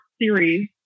series